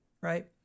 right